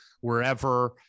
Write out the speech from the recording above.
wherever